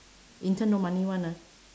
intern no money [one] ah